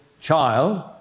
child